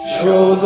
show